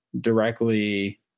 directly